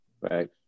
right